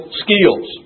skills